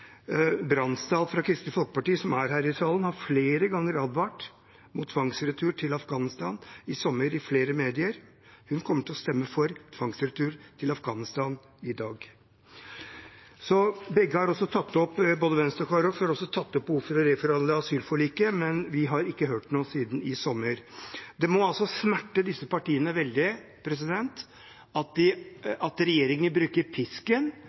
Bransdal fra Kristelig Folkeparti, som er her i salen, har flere ganger advart mot tvangsretur til Afghanistan, i sommer i flere medier. Hun kommer til å stemme for tvangsretur til Afghanistan i dag. Både Venstre og Kristelig Folkeparti har også tatt opp behovet for å reforhandle asylforliket, men vi har ikke hørt noe siden i sommer. Det må smerte disse partiene veldig at regjeringen bruker pisken